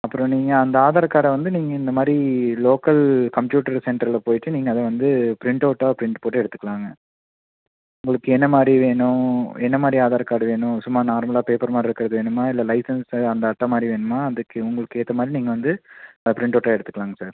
அப்புறம் நீங்கள் அந்த ஆதார் கார்டை வந்து நீங்கள் இந்தமாதிரி லோக்கல் கம்ப்யூட்ரு சென்ட்டரில் போய்ட்டு நீங்கள் அதை வந்து ப்ரிண்ட் அவுட்டாக ப்ரிண்ட் போட்டு எடுத்துக்கலாங்க உங்களுக்கு என்னமாதிரி வேணும் என்னமாதிரி ஆதார் கார்ட் வேணும் சும்மா நார்மலாக பேப்பர் மாதிரி இருக்கிறது வேணுமா இல்லை லைசன்ஸ்ஸு அந்த அட்டை மாதிரி வேணுமா அதுக்கு உங்களுக்கு ஏற்ற மாதிரி நீங்கள் வந்து அதை ப்ரிண்ட் அவுட் எடுத்துக்கலாங்க சார்